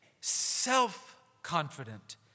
self-confident